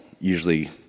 usually